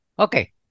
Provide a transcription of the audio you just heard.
Okay